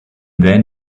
then